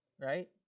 right